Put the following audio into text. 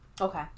Okay